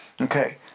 Okay